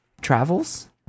Travels